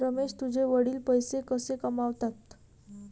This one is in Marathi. रमेश तुझे वडील पैसे कसे कमावतात?